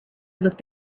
looked